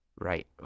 Right